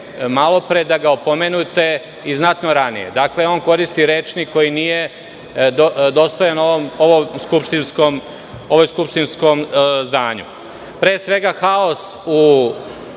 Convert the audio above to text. malopre da ga opomenete i znatno ranije. On koristi rečnik koji nije dostojan ovom skupštinskom domu. Pre svega, haos u